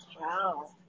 Wow